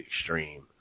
extreme